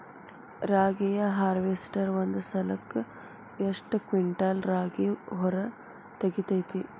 ರಾಗಿಯ ಹಾರ್ವೇಸ್ಟರ್ ಒಂದ್ ಸಲಕ್ಕ ಎಷ್ಟ್ ಕ್ವಿಂಟಾಲ್ ರಾಗಿ ಹೊರ ತೆಗಿತೈತಿ?